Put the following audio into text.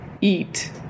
eat